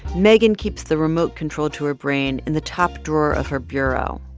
megan keeps the remote control to her brain in the top drawer of her bureau.